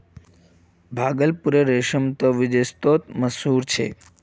भागलपुरेर रेशम त विदेशतो मशहूर छेक